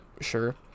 sure